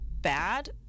bad